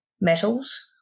metals